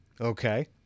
Okay